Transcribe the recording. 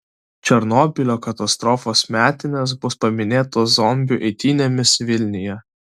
černobylio katastrofos metinės bus paminėtos zombių eitynėmis vilniuje